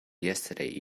yesterday